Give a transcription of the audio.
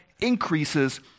increases